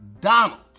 Donald